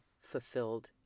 fulfilled